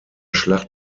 schlacht